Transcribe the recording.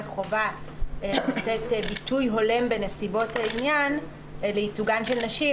חובה לתת ביטוי הולם בנסיבות העניין לייצוגן של נשים,